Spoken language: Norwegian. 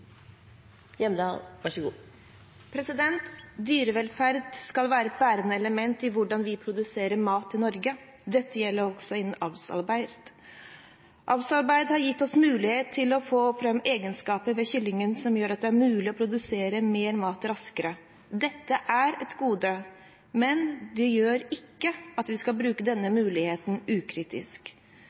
Dyrevelferd skal være et bærende element i hvordan vi produserer mat i Norge. Dette gjelder også innen avlsarbeid. Avlsarbeid har gitt oss muligheten til å få fram egenskaper ved kylling som gjør at det er mulig å produsere mer mat raskere. Dette er et gode, men det gjør ikke at vi skal bruke denne muligheten ukritisk.